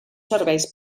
serveis